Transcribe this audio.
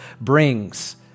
brings